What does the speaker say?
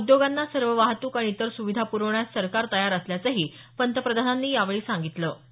या उद्योगांना सर्व वाहतूक आणि इतर सुविधा प्रवण्यास सरकार तयार असल्याचंही पंतप्रधानांनी यावेळी सांगितलं